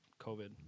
covid